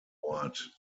ort